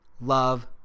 Love